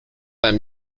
vingt